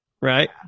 right